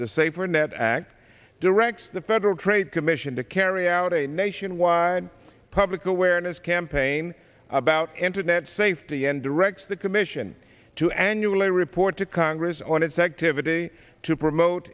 the safer net act directs the federal trade commission to carry out a nationwide public awareness campaign about internet safety and directs the commission to annually report to congress on its activity to promote